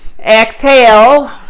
exhale